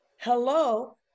Hello